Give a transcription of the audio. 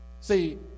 see